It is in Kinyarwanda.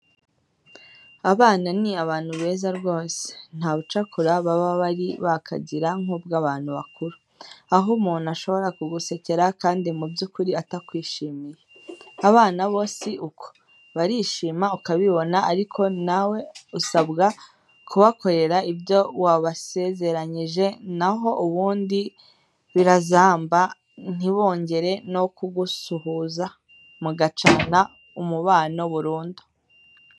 Abana ni abantu beza rwose, nta bucakura baba bari bakagira nk'ubw'abantu bakuru, aho umuntu ashobora kugusekera kandi mu by'ukuri atakwishimiye; abana bo si uko, barishima ukabibona, ariko nawe usabwa kubakorera ibyo wabasezeranyije na ho ubundi birazamba ntibongere no kugusuhuza, mugacana umubano burundu.